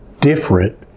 different